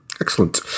excellent